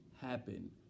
happen